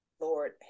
Lord